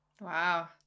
Wow